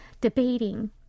debating